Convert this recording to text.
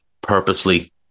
purposely